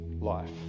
life